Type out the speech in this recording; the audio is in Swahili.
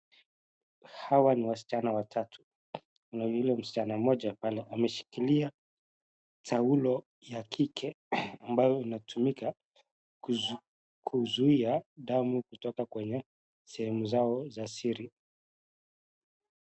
Hawa ni wasichana watatu kuna yule msichana mmoja pale ameshikilia taulo ya kike ambayo inatumika kuzuia damu kotoka kwenye sehemu zao za siri.